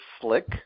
slick